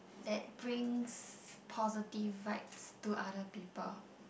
that brings positive vibe to other people